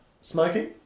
smoking